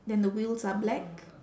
then the wheels are black